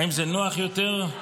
האם זה נוח יותר?